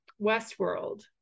Westworld